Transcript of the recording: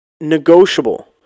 negotiable